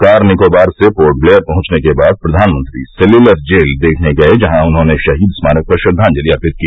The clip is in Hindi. कार निकोबार से पोर्ट ब्लेयर पहुंचने के बाद प्र्यानमंत्री सेल्युलर जेल देखने गए जहां उन्होंने शहीद स्मारक पर श्रद्दांजलि अर्पित की